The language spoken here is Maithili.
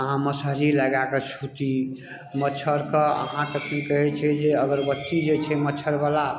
अहाँ मसहरी लगै कऽ सूति मच्छर कऽ अहाँक कि कहै छै जे अगरबत्ती जे छै मच्छरवला